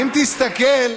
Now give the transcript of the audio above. אם תסתכל,